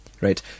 right